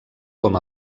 com